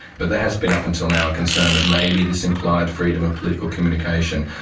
but there has been up until now a concern that maybe this implied freedom of political communication,